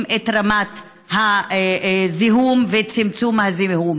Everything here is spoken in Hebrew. את רמת הזיהום ומצמצמים את הזיהום,